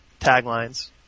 taglines